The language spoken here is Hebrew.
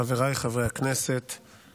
חוק ומשפט חבר הכנסת שמחה